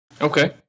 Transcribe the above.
Okay